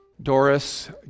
Doris